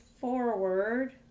forward